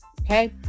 okay